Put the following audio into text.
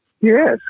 Yes